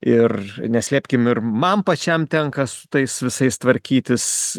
ir neslėpkim ir man pačiam tenka su tais visais tvarkytis